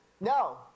No